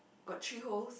got three holes